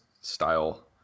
style